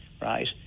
right